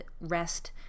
rest